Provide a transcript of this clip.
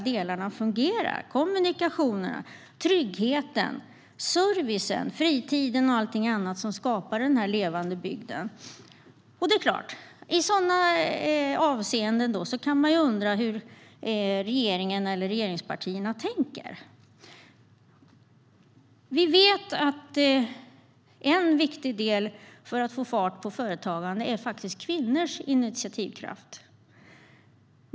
Det gäller kommunikationerna, tryggheten, servicen, fritiden och allting annat som skapar en levande bygd. I det avseendet kan man undra hur regeringspartierna tänker. Vi vet att en viktig del för att få fart på företagandet är kvinnors initiativkraft.